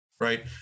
right